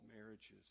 marriages